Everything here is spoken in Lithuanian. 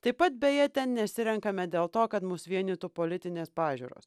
taip pat beje ten nesirenkame dėl to kad mus vienytų politinės pažiūros